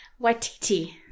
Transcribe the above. Waititi